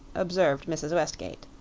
observed mrs. westgate.